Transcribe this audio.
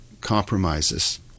compromises